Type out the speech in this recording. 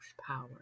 Power